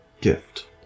gift